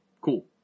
Cool